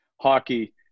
hockey